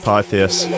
Pythias